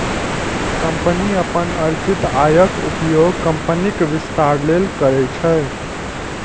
company अपन अर्जित आयक उपयोग कंपनीक विस्तार लेल करै छै